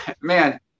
man